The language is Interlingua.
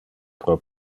pro